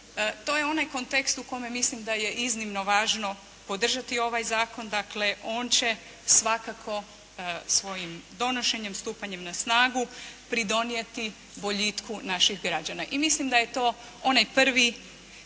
to je onaj kontekst u kojem mislim da je iznimno važno podržati ovaj Zakon, dakle, on će svakako svojim donošenjem stupanjem na snagu pridonijeti boljitku naših građana. I mislim da je to onaj prvi